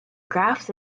graphs